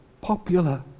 popular